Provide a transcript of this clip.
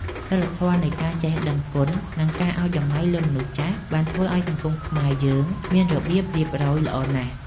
សីលធម៌នៃការចេះដឹងគុណ និងការឱ្យតម្លៃលើមនុស្សចាស់ បានធ្វើឱ្យសង្គមខ្មែរយើងមានរបៀបរៀបរយល្អណាស់។